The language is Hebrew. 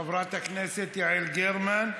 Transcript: חברת הכנסת יעל גרמן,